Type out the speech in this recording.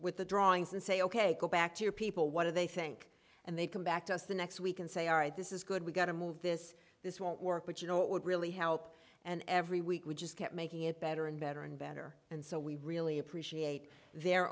with the drawings and say ok go back to your people what do they think and they come back to us the next week and say all right this is good we've got to move this this won't work but you know it would really help and every week we just kept making it better and better and better and so we really appreciate their